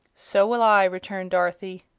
so will i, returned dorothy.